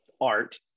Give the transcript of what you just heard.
art